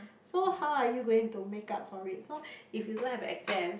so how are you going to make up for it so if you don't have exams